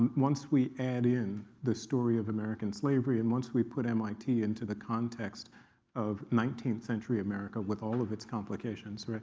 once we add in the story of american slavery and once we put mit into the context of nineteenth century america with all of its complications,